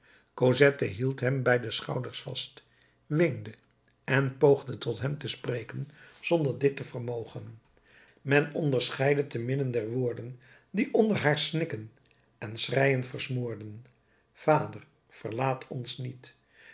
cosette hield hem bij de schouders vast weende en poogde tot hem te spreken zonder dit te vermogen men onderscheidde temidden der woorden die onder haar snikken en schreien versmoorden vader verlaat ons niet